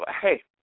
hey